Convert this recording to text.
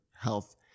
health